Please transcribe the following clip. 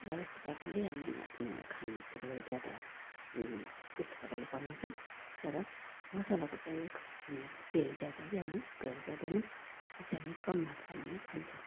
र यस्तो प्रकारले हामी आफ्नो खाने कुरो ज्यादा त्यस्तो प्रकारले बनाउँछौँ तर मसलाको प्रयोग अनि तेल ज्यादा चाहिँ हामी प्रयोग गर्दैनौँ त्यो चाहिँ हामी कम मात्रामा नै खान्छौँ